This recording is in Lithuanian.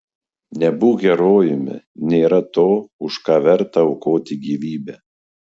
nebūk herojumi nėra to už ką verta aukoti gyvybę